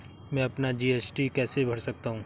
मैं अपना जी.एस.टी कैसे भर सकता हूँ?